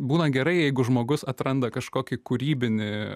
būna gerai jeigu žmogus atranda kažkokį kūrybinį